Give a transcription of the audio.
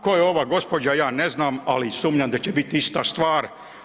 Tko je ova gospođa, ja ne znam, ali sumnjam da će biti ista stvar.